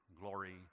glory